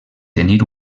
tenir